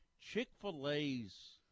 Chick-fil-A's